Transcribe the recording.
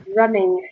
running